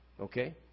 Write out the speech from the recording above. Okay